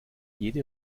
jede